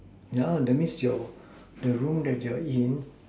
yeah that means your the room that your in